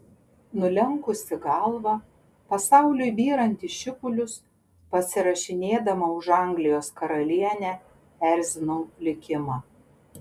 nulenkusi galvą pasauliui byrant į šipulius pasirašinėdama už anglijos karalienę erzinau likimą